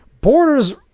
Borders